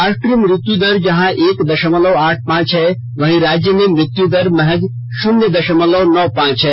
राष्ट्रीय मृत्यु दर जहां एक दशमलव आठ पांच है वहीं राज्य में मृत्यु दर महज शुन्य दशमलव नौ पांच है